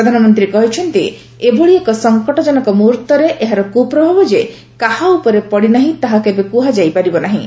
ପ୍ରଧାନମନ୍ତ୍ରୀ କହିଛନ୍ତି ଏଭଳି ଏକ ସଂକଟଜନକ ମୁହୂର୍ତରେ ଏହାର କ୍ରପ୍ରଭାବ ଯେ କାହା ଉପରେ ପଡ଼ିନାହିଁ ତାହା କେବେ କୃହାଯାଇ ପାରିବ ନାହିଁ